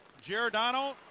Giordano